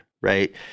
right